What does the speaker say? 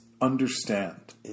understand